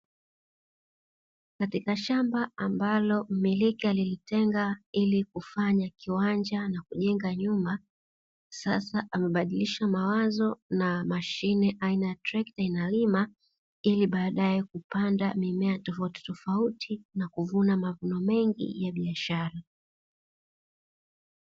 Katika shamba ambalo mmiliki alilitenga ili kufanya kiwanja na kujenga nyumba sasa amebadilisha mawazo na mashine aina ya trekta inalima ili baadae kupanda mimea tofautitofauti na kuvuna mavuno mengi ya biashara.